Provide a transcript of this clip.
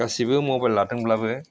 गासैबो मबाइल लादोंब्लाबो